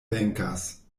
venkas